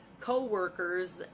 co-workers